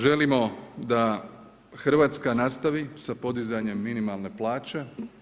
Želimo da Hrvatska nastavi sa podizanjem minimalne plaće.